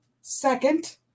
second